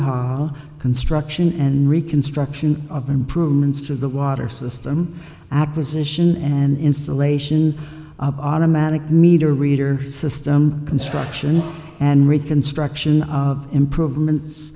hall construction and reconstruction of improvements to the water system acquisition and installation of automatic meter reader system construction and reconstruction of improvements